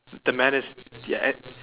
the man is ya and